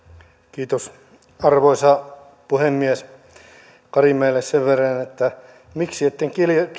kiitos arvoisa puhemies karimäelle sen verran että miksi ette